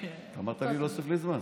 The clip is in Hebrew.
אמרת לי שתוסיף לי זמן.